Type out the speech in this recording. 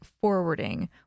forwarding